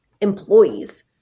employees